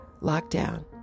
lockdown